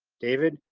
david,